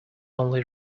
only